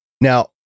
Now